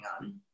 on